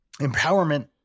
Empowerment